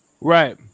Right